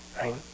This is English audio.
right